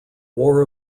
war